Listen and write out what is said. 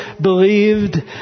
believed